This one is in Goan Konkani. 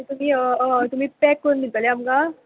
तुमी हय तुमी पॅक करून दितले आमकां